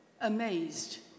amazed